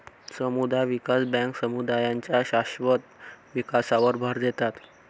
समुदाय विकास बँका समुदायांच्या शाश्वत विकासावर भर देतात